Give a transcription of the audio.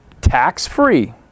tax-free